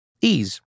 Ease